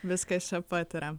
viskas čia pat yra